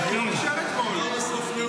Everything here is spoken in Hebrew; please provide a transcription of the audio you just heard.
היו"ר אישר אתמול בסוף נאום.